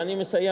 ואני מסיים,